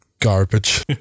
garbage